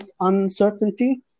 uncertainty